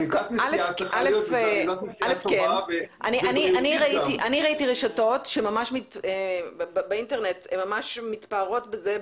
אני ראיתי רשתות שבאינטרנט ממש מתפארות בזה,